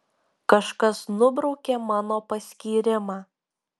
kažkas nubraukė mano paskyrimą